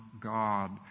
God